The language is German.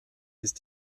ist